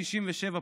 בישראל במשאל